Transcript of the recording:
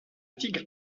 tigre